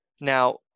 Now